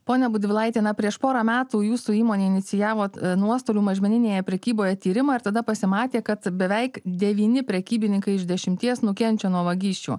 pone budvilaiti na prieš porą metų jūsų įmonėje inicijavot nuostolių mažmeninėje prekyboje tyrimą ir tada pasimatė kad beveik devyni prekybininkai iš dešimties nukenčia nuo vagysčių